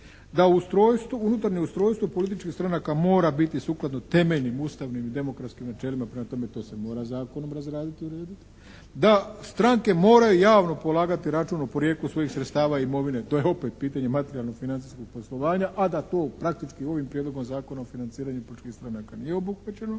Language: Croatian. unutarnje ustrojstvo političkih stranaka mora biti sukladno temeljnim, ustavnim i demokratskim načelima. Prema tome, to se mora zakonom razraditi i urediti. Da stranke moraju javno polagati račun o porijeklu svojih sredstava i imovine, to je opet pitanje materijalnog financijskog poslovanja, a da to praktički ovim Prijedlogom zakona o financiranju političkih stranaka nije obuhvaćeno.